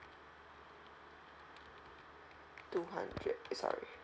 two hundred eh sorry